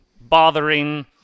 bothering